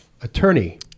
attorney